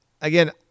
again